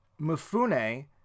Mufune